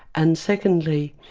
and secondly,